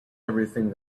everything